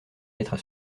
lettres